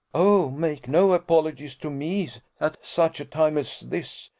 oh, make no apologies to me at such a time as this,